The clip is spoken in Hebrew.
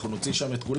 אנחנו נוציא שם את כולם.